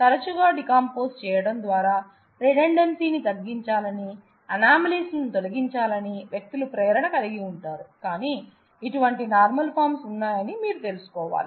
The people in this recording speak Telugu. తరచుగా డీకంపోస్ చేయటం ద్వారా రిడుండెన్సీ ని తగ్గించాలని అనామలీస్ లను తొలగించాలని వ్యక్తులు ప్రేరణ కలిగి ఉంటారు కానీ ఇటువంటి నార్మల్ ఫార్మ్స్ ఉన్నాయని మీరు తెలుసుకోవాలి